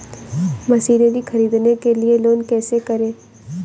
Machinery ख़रीदने के लिए लोन कैसे करें?